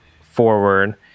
forward